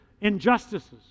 injustices